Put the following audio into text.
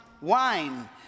wine